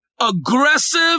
Aggressive